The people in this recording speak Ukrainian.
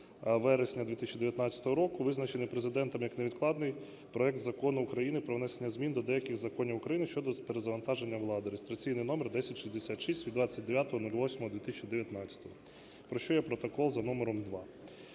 вересня 2019 року визначений Президентом як невідкладний проект Закону України про внесення змін до деяких законів України щодо перезавантаження влади (реєстраційний номер 1066 від 29.08.2019), про що є протокол за номером 2.